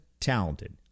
talented